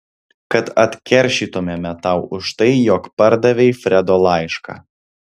kad atkeršytumėme tau už tai jog pardavei fredo laišką